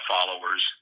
followers